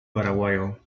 paraguayo